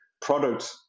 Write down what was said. product